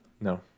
No